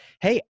hey